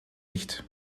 nicht